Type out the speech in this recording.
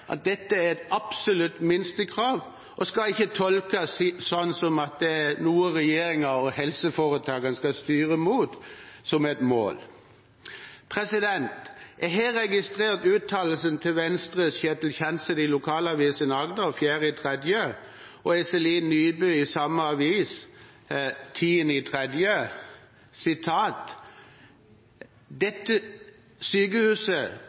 at dette er et absolutt minstekrav og skal ikke tolkes som at det er noe regjeringen og helseforetakene skal styre mot som et mål. Jeg har registrert uttalelsen til Venstres Ketil Kjenseth i lokalavisen Agder 4. mars om at sykehuset og akuttkirurgien ved sykehuset i Flekkefjord er tryggere enn noen gang, og videre sa Iselin Nybø i samme avis